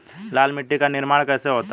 लाल मिट्टी का निर्माण कैसे होता है?